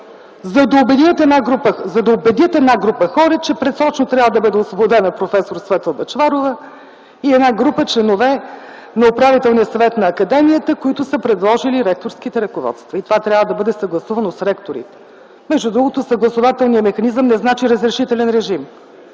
за да убедят една група хора, че предсрочно трябва да бъде освободена проф. Светла Бъчварова и една група членове на управителния съвет на академията, които са предложили ректорските ръководства. Това трябва да бъде съгласувано с ректорите. Между другото, съгласувателният механизъм не значи разрешителен режим.